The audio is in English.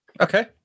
Okay